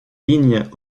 lignes